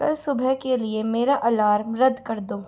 कल सुबह के लिए मेरा अलार्म रद्द कर दो